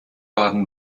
baden